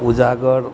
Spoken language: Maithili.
उजागर